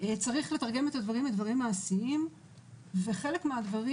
צריך לתרגם את הדברים לדברים מעשיים כשחלק מהדברים